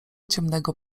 ciemnego